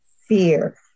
fear